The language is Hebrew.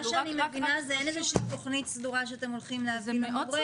אני מבינה שאין איזושהי תכנית סדורה שאתם הולכים לתת למורים?